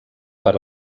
per